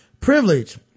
Privilege